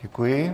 Děkuji.